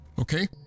Okay